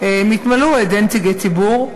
הם יתמלאו על-ידי נציגי ציבור,